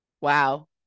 Wow